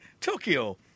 Tokyo